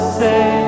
say